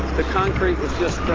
the concrete was